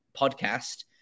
podcast